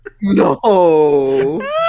no